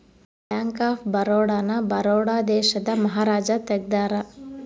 bank of Baroda ನ ಬರೋಡ ದೇಶದ ಮಹಾರಾಜ ತೆಗ್ದಾರ